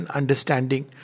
understanding